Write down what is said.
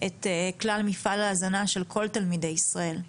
את כלל מפעל ההזנה של כל תלמידי ישראל.